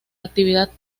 actividad